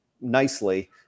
nicely